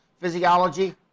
physiology